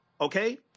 okay